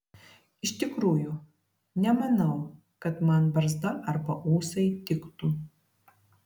iš tikrųjų nemanau kad man barzda arba ūsai tiktų